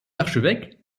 archevêque